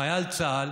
חייל צה"ל